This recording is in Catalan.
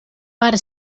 per